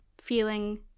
feeling